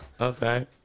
Okay